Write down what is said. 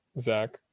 Zach